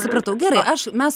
supratau gerai aš mes